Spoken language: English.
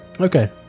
Okay